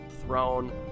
throne